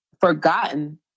forgotten